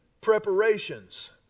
preparations